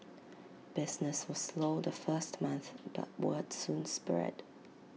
business was slow the first month but words soon spread